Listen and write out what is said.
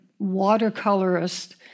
watercolorist